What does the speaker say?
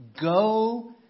Go